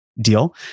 deal